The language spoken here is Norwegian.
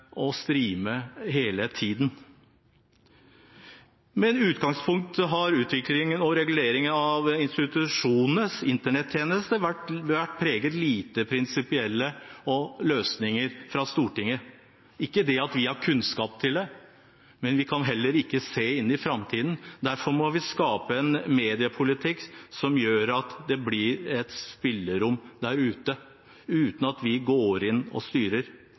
hele tiden. Med det utgangspunktet har utviklingen og reguleringen av institusjonenes Internett-tjeneste vært preget av lite prinsipielle løsninger fra Stortinget. Ikke det at vi har kunnskap til det, men vi kan heller ikke se inn i framtiden, og derfor må vi skape en mediepolitikk som gjør at det blir et spillerom der ute, uten at vi går inn og styrer.